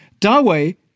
Dawei